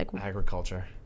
Agriculture